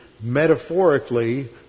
metaphorically